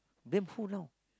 blame who now